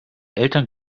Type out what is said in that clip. eltern